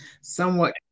Somewhat